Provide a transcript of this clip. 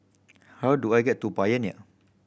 how do I get to Pioneer